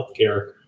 Healthcare